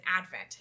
Advent